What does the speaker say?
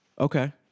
Okay